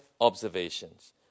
observations